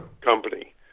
company